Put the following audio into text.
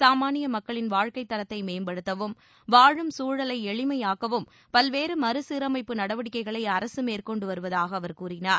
சாமானிய மக்களின் வாழ்க்கைத்தரத்தை மேம்படுத்தவும் வாழும் சூழலை எளிமையாக்கவும் பல்வேறு மறுசீரமைப்பு நடவடிக்கைகளை அரசு மேற்கொண்டு வருவதாக அவர் கூறினார்